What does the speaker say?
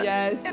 Yes